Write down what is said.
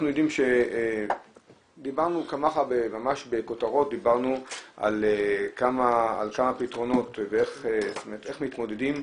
דיברנו ממש בכותרות על כמה פתרונות ואיך מתמודדים,